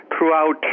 throughout